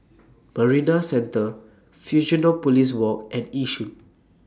Marina Centre Fusionopolis Walk and Yishun